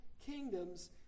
kingdoms